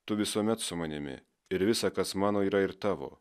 tu visuomet su manimi ir visa kas mano yra ir tavo